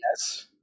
yes